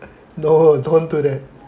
no don't do that